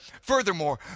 Furthermore